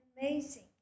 amazing